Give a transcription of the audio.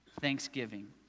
thanksgiving